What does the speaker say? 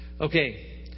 Okay